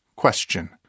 Question